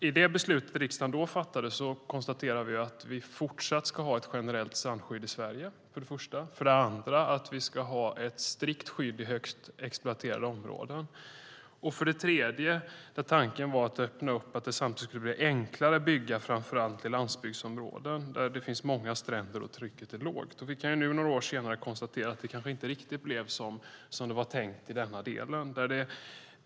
I det beslut som riksdagen då fattade konstaterade vi att vi för det första fortsatt ska ha ett generellt strandskydd i Sverige, att vi för det andra ska ha ett strikt skydd i kraftigt exploaterade områden och att vi för det tredje ska öppna upp för att det ska bli enklare att bygga framför allt i landsbygdsområden där det finns många stränder och trycket är lågt. Vi kan nu några år senare konstatera att det inte blev riktigt som det var tänkt i denna del.